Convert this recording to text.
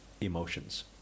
Emotions